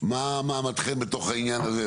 מה מעמדכם בתוך העניין הזה?